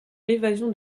l’évasion